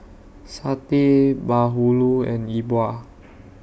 Satay Bahulu and Yi Bua